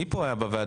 מי פה היה בוועדה?